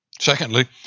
Secondly